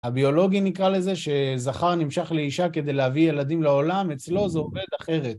הביולוגי נקרא לזה שזכר נמשך לאישה כדי להביא ילדים לעולם, אצלו זה עובד אחרת.